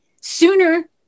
sooner